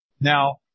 Now